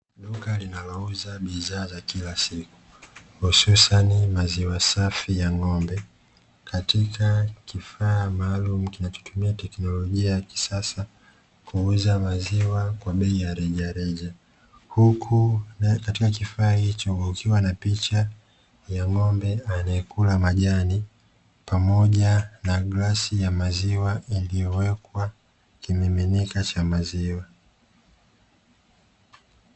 Duka linalouza bidhaa za kila siku, hususani maziwa safi ya ng'ombe, katika kifaa maalumu kinachotumia teknolojia ya kisasa, kuuza maziwa kwa bei ya rejareja; huku katika kifaa hicho, kukiwa na picha ya ng'ombe anayekula majani pamoja na glasi ya maziwa iliyowekwa kimiminika cha maziwa.